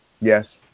Yes